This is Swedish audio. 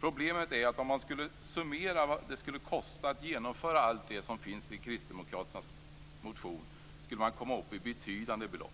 Problemet är dock att man vid en summering av vad det skulle kosta att genomföra allt det som finns i kristdemokraternas motion skulle komma upp i betydande belopp.